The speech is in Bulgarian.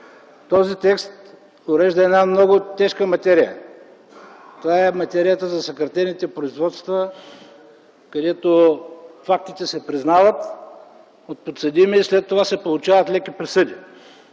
Този текст урежда една много тежка материя – това е материята за съкратените производства, където фактите се признават от подсъдимия и след това се получават леки присъди.